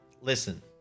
Listen